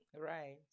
Right